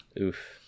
Oof